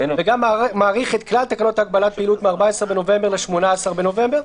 וגם מאריך את כלל תקנות הגבלת פעילות מ-14 בנובמבר ל-18 בנובמבר.